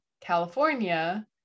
california